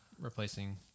replacing